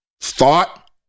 thought